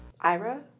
Ira